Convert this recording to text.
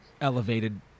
elevated